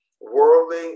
worldly